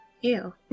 Ew